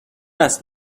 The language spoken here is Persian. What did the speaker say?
است